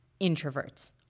introverts